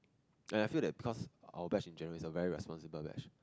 then I feel that because our batch in general is very responsible batch